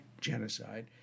genocide